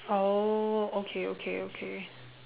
oh okay okay okay